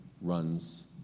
runs